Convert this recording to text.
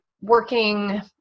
working